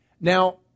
Now